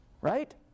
right